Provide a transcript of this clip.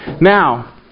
Now